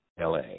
LA